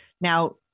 Now